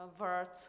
words